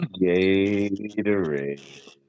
Gatorade